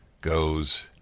goes